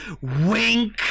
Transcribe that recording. Wink